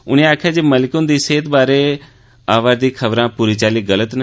उनें आक्खेआ जे मलिक हुंदी सेह्त बारे आवा'रदी खबरां पूरी चाल्ली गल्त न